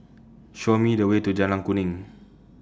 Show Me The Way to Jalan Kuning